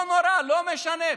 לא נורא, לא משנה.